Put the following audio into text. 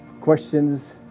Questions